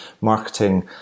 marketing